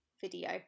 video